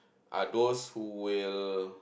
are those who will